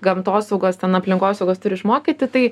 gamtosaugos ten aplinkosaugos turi išmokyti tai